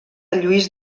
lluís